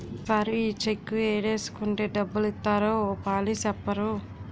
sir ఈ cheque ఏడేసుకుంటే డబ్బులిత్తారో ఓ పాలి సెప్పరూ